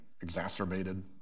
exacerbated